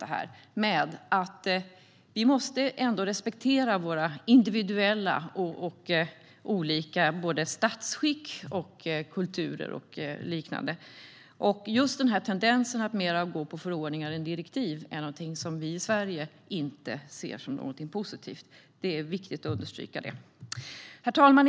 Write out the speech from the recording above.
Det är likadant med att man måste respektera våra olika individuella statsskick, kulturer och liknande. Tendensen att mer gå på förordningar än på direktiv ser vi inte som någonting positivt i Sverige. Det är viktigt att understryka det. Granskning av kommissionsrapporter om subsidiaritet och proportionalitet m.m. Herr talman!